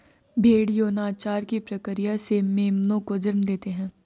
भ़ेड़ यौनाचार की प्रक्रिया से मेमनों को जन्म देते हैं